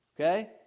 Okay